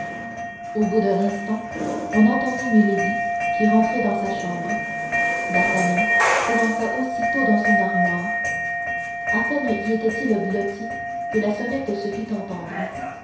au bout d'un instant on entendit milady qui rentrait dans sa chambre d'artagnan s'élança aussitôt dans son armoire à peine y était-il blotti que la sonnette se fit entendre